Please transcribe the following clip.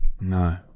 No